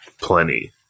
plenty